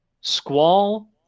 Squall